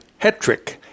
Hetrick